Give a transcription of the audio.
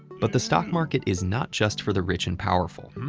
but the stock market is not just for the rich and powerful.